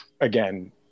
again